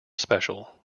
special